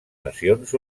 nacions